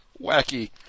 Wacky